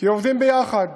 כי עובדים יחד,